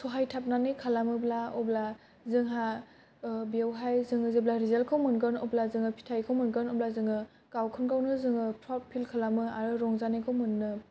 सहायथाबनानै खालामोब्ला अब्ला जोंहा बेवहाय जों जेब्ला रिजाल्टखौ मोनगोन अब्ला जोङो फिथाय खौ मोनगोन अब्ला जोङो गावखौनो गाव नों जोङो प्रवट फिल खालामो आरो रं जानायखौ मोनो